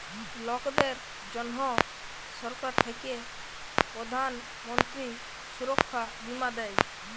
লকদের জনহ সরকার থাক্যে প্রধান মন্ত্রী সুরক্ষা বীমা দেয়